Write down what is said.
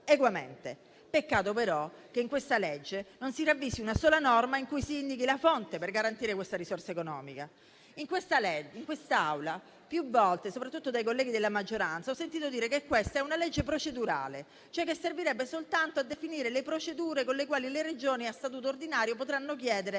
Peccato però che in questa legge non si ravvisi una sola norma in cui si indichi la fonte per garantire questa risorsa economica. In quest'Aula ho più volte sentito dire, soprattutto dai colleghi della maggioranza, che quello in esame è un disegno di legge procedurale, cioè servirebbe soltanto a definire le procedure con le quali le Regioni a statuto ordinario potranno chiedere